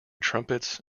trumpets